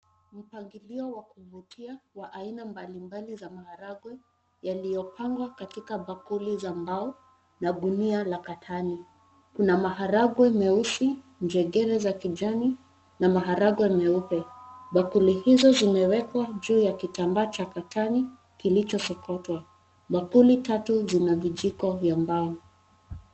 Mpangilio wa kuvutia wa aina mbalimbali za maharagwe yaliyopangwa katika bakuli za mbao na gunia la katani. Kuna maharagwe meusi, njegere za kijani na maharagwe meupe. Bakuli hizo zimeekwa juu ya Kitambaa za katani kilichosokotwa, bakuli tatu zina vijiko vya mbao.